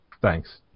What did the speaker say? Thanks